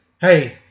Hey